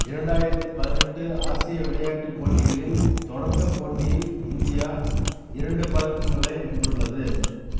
இரண்டாயிரத்து பதினெட்டு ஆசிய விளையாட்டுப் போட்டிகளில் தொடக்கப் போட்டியில் இந்தியா இரண்டு பதக்கங்களை வென்றுள்ளது